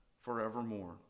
forevermore